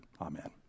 Amen